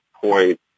point